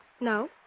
No